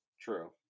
True